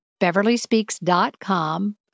beverlyspeaks.com